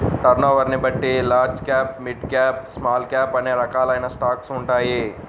టర్నోవర్ని బట్టి large cap, mid cap, small cap అనే రకాలైన స్టాక్స్ ఉంటాయి